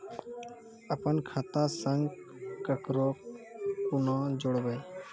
अपन खाता संग ककरो कूना जोडवै?